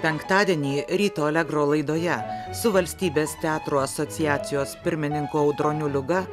penktadienį ryto allegro laidoje su valstybės teatrų asociacijos pirmininku audroniu liuga